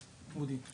אודי.